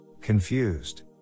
confused